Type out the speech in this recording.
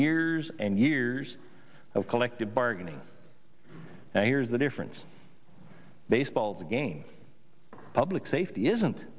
years and years of collective bargaining and here's the difference baseball's again public safety isn't